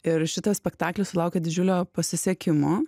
ir šitas spektaklis sulaukė didžiulio pasisekimo